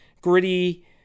gritty